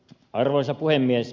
arvoisa puhemies